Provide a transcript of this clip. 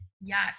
Yes